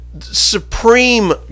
supreme